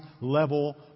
level